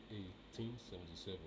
1877